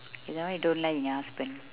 okay then what you don't like in your husband